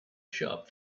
shop